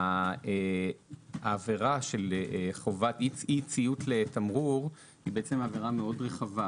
העבירה של אי-ציות לתמרור היא מאוד רחבה.